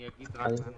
אני אגיד רק את הנוסח.